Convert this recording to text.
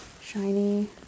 shiny